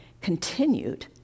continued